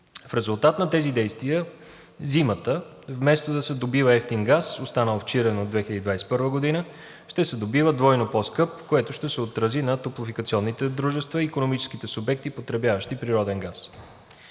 В резултат на тези действия зимата, вместо да се добива евтин газ, останал в Чирен от 2021 г., ще се добива двойно по-скъп, което ще се отрази на топлофикационните дружества и икономическите субекти, потребяващи природен газ.